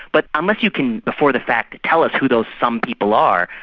but unless you can, before the fact, tell us who those some people are,